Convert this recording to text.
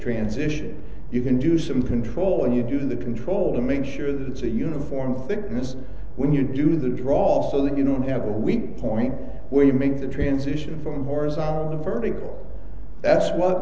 transition you can do some control and you do the control to make sure that it's a uniform thickness when you do the drawl so that you don't have a weak point where you make the transition from cars around the vertical that's what